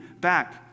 back